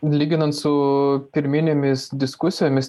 lyginant su pirminėmis diskusijomis